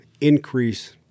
increase